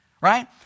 right